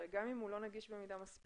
הרי גם אם הוא לא נגיש במידה מספקת,